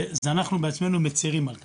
אנחנו בעצמנו מצרים על כך,